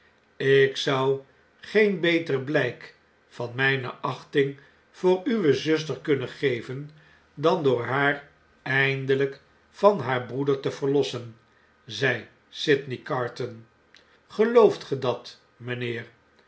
ik zou geen beter blijk van mijne achting voor uwe zuster kunnen geven dan door haar eindelijk van haar broeder te verlossen zei sydney carton gelooft ge dat mijnheer